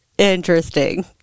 Interesting